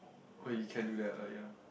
what you can do that lah ya